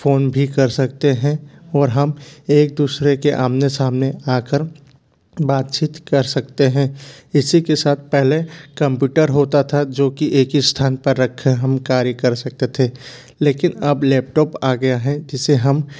phone भी कर सकते हैं और हम एक दूसरे के आमने सामने आकर बातचीत कर सकते हैं इसी के साथ पहले कंप्यूटर होता था जो की एक ही स्थान पर रखे हम कार्य कर सकते थे लेकिन अब लैपटॉप आ गया है जिसे हम